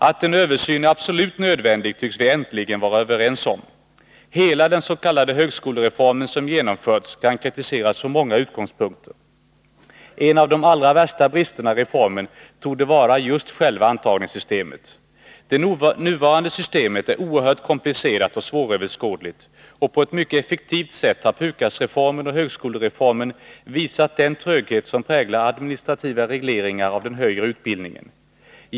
Att en översyn är absolut nödvändig tycks vi äntligen vara överens om. Hela den s.k. högskolereform som genomförts kan kritiseras från många utgångspunkter. En av de allra värsta bristerna i reformen torde vara just själva antagningssystemet. Det nuvarande systemet är oerhört komplicerat och svåröverskådligt. På ett mycket effektivt sätt har också PUKAS reformen och högskolereformen visat den tröghet som präglar administrativa regleringar av den högre utbildningen.